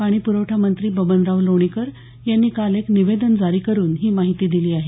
पाणीप्रवठा मंत्री बबनराव लोणीकर यांनी काल एक निवेदन जारी करून ही माहिती दिली आहे